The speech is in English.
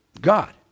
God